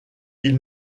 ils